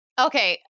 Okay